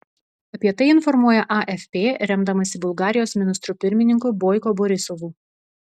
apie tai informuoja afp remdamasi bulgarijos ministru pirmininku boiko borisovu